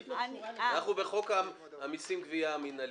אנחנו בחוק המסים (גבייה) המנהלי.